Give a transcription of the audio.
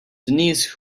denise